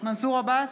מנסור עבאס,